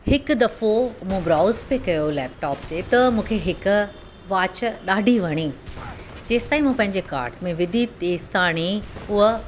हिक दफ़ो मूं ब्राउज़ पे कयो लैपटॉप ते त मुखे हिक वाच ॾाढी वणी जेसि तईं मूं पंहिंजे कार्ट में विधी तेसि ताणी अ